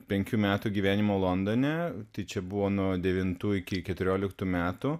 penkių metų gyvenimo londone čia buvo nuo devintų iki keturioliktų metų